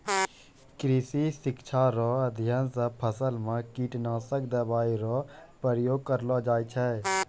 कृषि शिक्षा रो अध्ययन से फसल मे कीटनाशक दवाई रो प्रयोग करलो जाय छै